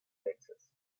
texas